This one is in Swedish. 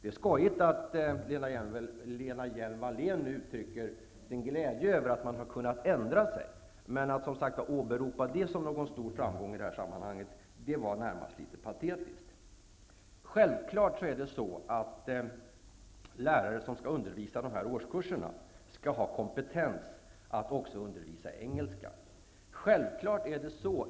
Det är skojigt att Lena Hjelm-Wallén nu uttrycker sin glädje över att man har kunnat ändra sig. Men att åberopa det som någon stor framgång i detta sammanhang var närmast litet patetiskt. Självklart skall lärare som skall undevisa de här årskurserna ha kompetens att också undervisa i engelska.